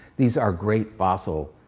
these are great fossil,